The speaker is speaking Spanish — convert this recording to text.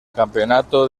campeonato